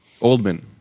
Oldman